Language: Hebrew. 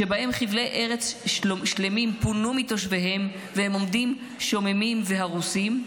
שבהם חבלי ארץ שלמים פונו מתושביהם והם עומדים שוממים והרוסים,